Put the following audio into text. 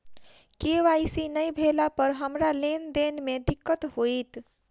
KYC नै भेला पर हमरा लेन देन मे दिक्कत होइत?